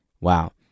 Wow